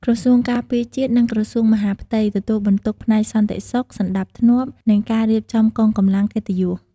ក្រសួងការពារជាតិ និងក្រសួងមហាផ្ទៃ ទទួលបន្ទុកផ្នែកសន្តិសុខ សណ្ដាប់ធ្នាប់ និងការរៀបចំកងកម្លាំងកិត្តិយស។